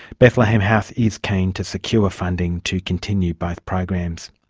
bethlehem house is keen to secure funding to continue both programs.